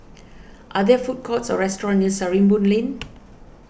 are there food courts or restaurants near Sarimbun Lane